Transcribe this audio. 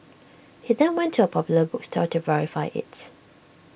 he then went to A popular bookstore to verify IT